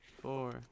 four